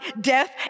death